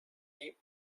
die